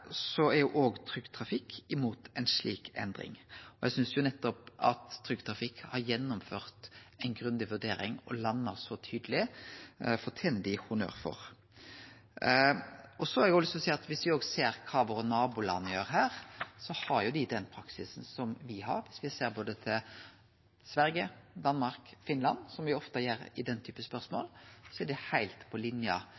er jo òg Trygg Trafikk imot ei slik endring. Eg synest at nettopp det at Trygg Trafikk har gjennomført ei grundig vurdering og landa så tydeleg, fortener dei honnør for. Så har eg òg lyst til å seie at viss me ser på kva våre naboland gjer her, har dei den praksisen som me har. Når me ser til både Sverige, Danmark og Finland, som me ofte gjer i den